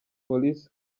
police